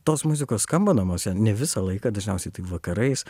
tos muzikos skamba namuose ne visą laiką dažniausiai tai vakarais